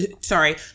Sorry